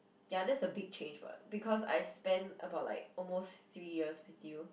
ya that's a big change [what] because I've spent about like almost three years with you